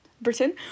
Britain